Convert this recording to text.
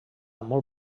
molt